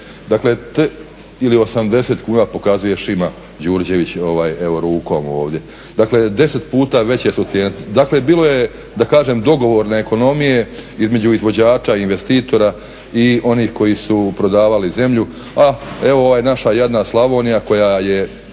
Dakle, ili 80kn pokazuje Šima Đurđević, evo rukom ovdje. Dakle, 10 puta veće su cijene. Dakle, bilo je, da kažem, dogovorne ekonomije između izvođača i investitora i onih koji su prodavali zemlju, a evo, ova naša jadna Slavonija koja je